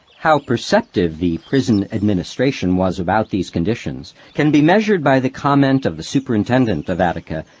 how perceptive the prison administration was about these conditions can be measured by the comment of the superintendent of attica,